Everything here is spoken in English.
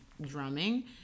drumming